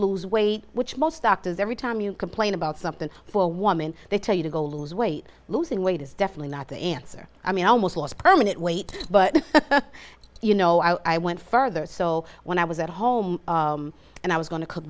lose weight which most doctors every time you complain about something for a woman they tell you to go lose weight losing weight is definitely not the answer i mean i almost lost permanent weight but you know i went further so when i was at home and i was going to cook